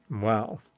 Wow